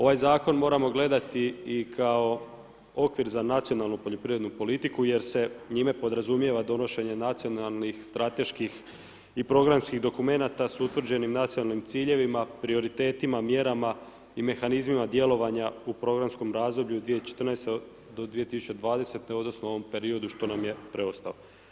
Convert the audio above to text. Ovaj zakon moramo gledati i kao okvir za nacionalnu poljoprivrednu politiku, jer se njime podrazumijeva donošenje nacionalnih strateških i programskih dokumenata s utvrđenim nacionalnim ciljevima, prioritetima, mjerama i mehanizmima djelovanja u programskom razdoblju 2014.-2020. odnosno u ovom periodu što nam je preostao.